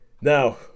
Now